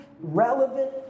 relevant